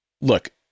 Look